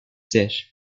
dish